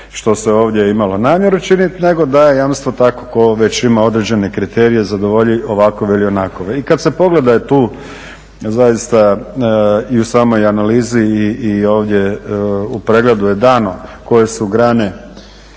što se ovdje imalo namjeru činiti nego da jamstva tako tko već ima određene kriterije zadovolji ovakve ili onakve. I kad se pogleda tu zaista i u samoj analizi i ovdje u pregledu je dano koje su grane